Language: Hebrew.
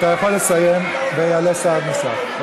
אתה יכול לסיים, ויעלה שר נוסף.